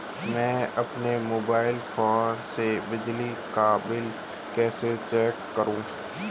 मैं अपने mobile phone से बिजली का बिल कैसे चेक करूं?